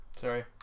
sorry